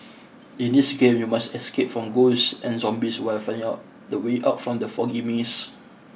in this game you must escape from ghosts and zombies while finding out the way out from the foggy maze